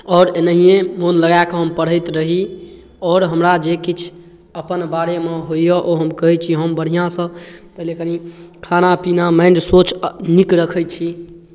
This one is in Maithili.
आओर एनाहिए मोन लगा कऽ हम पढ़ैत रही आओर हमरा जे किछु अपन बारेमे होइए ओ हम कहै छी हम बढ़िआँसँ पहिले कनि खाना पीना माइंड सोच नीक रखै छी